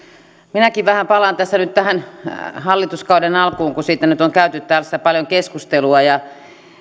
minäkin vähän palaan tässä nyt hallituskauden alkuun kun siitä nyt on käyty tässä paljon keskustelua